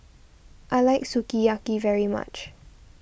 I like Sukiyaki very much